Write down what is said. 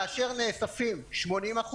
כאשר נאספים 80%,